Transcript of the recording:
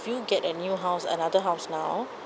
you get a new house another house now